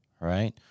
right